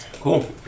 Cool